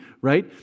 right